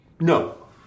No